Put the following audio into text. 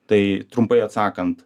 tai trumpai atsakant